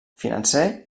financer